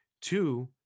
Two